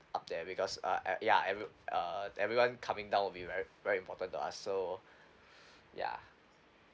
up there because uh ev~ ya every uh everyone coming down will be very very important to us so ya